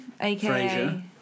Aka